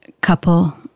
couple